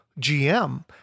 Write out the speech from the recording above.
GM